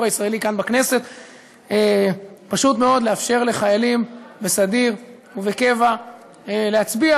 הישראלי: פשוט מאוד לאפשר לחיילים בסדיר ובקבע להצביע